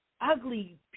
ugly